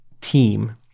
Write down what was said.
team